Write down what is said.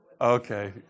Okay